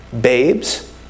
babes